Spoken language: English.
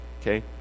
okay